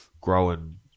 growing